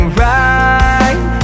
right